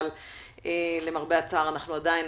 אבל למרבה הצער אנחנו עדיין